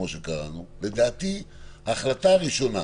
ההחלטה הראשונה